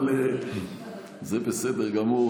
אבל זה בסדר גמור.